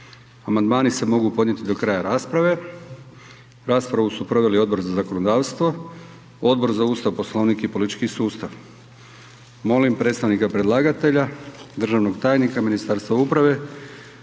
Amandmani se mogu podnijeti do kraja rasprave. Raspravu su proveli Odbor za zakonodavstvo, Odbor za Ustav, Poslovnik i politički sustav. Molim predstavnika predlagatelja, državnog tajnika u Ministarstvu uprave,